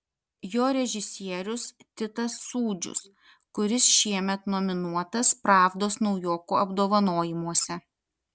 jo režisierius titas sūdžius kuris šiemet nominuotas pravdos naujokų apdovanojimuose